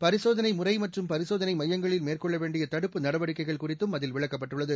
பரிசோதனை முறை மற்றும் பரிசோதனை மையங்களில் மேற்கொள்ள வேண்டிய தடுப்பு நடவடிக்கைகள் குறித்தும் அதில் விளக்கப்பட்டுள்ளது